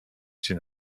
dzień